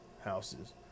houses